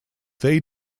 they